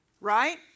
right